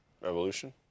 Revolution